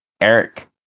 Eric